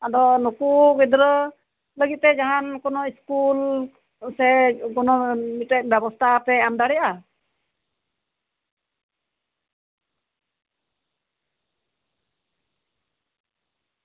ᱟᱫᱚ ᱱᱩᱠᱩ ᱜᱤᱫᱽᱨᱟᱹ ᱞᱟᱹᱜᱤᱫ ᱛᱮ ᱡᱟᱦᱟᱸᱱ ᱠᱳᱱᱳ ᱤᱥᱠᱩᱞ ᱥᱮ ᱢᱤᱫᱴᱮᱡ ᱵᱮᱵᱚᱥᱛᱟ ᱯᱮ ᱮᱢ ᱫᱟᱲᱮᱭᱟᱜᱼᱟ